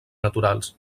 naturals